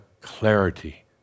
clarity